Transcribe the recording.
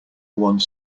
one